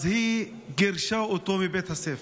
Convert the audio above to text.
אז היא גירשה אותו מבית הספר.